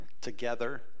together